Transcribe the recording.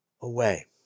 away